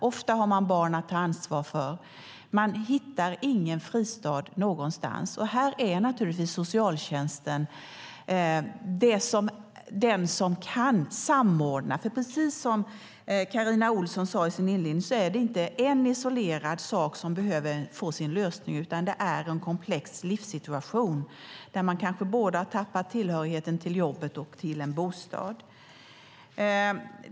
Ofta har man barn att ta ansvar för, och man hittar ingen fristad någonstans. Här är naturligtvis socialtjänsten den som kan samordna. Precis som Carina Ohlsson sade i sin inledning är det här inte en isolerad sak som behöver få sin lösning, utan det är en komplex livssituation där man kanske både har tappat tillhörigheten till jobbet och till en bostad.